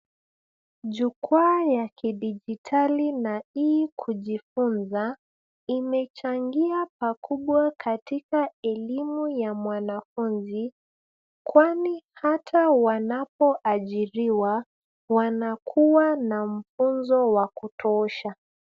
Jukwaa ya kidijitali na e-kujifunza imechangia pakubwa katika elimu ya mwanafunzi, kwani hata wanapoajiriwa, wanakuwa na mfunzo wa kutoosha.